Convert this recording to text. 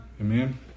Amen